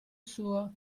suo